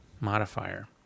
modifier